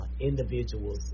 individuals